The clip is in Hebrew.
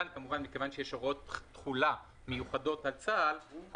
כאן מכיוון שיש הוראות תחולה מיוחדות לצבא הגנה לישראל,